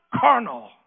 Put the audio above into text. carnal